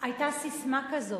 ברוסיה הצארית היתה ססמה כזאת.